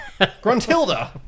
Gruntilda